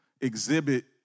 exhibit